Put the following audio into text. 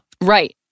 Right